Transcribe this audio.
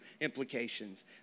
implications